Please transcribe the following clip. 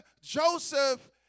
Joseph